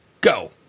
go